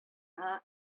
гына